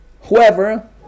whoever